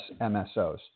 MSOs